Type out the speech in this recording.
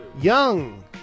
Young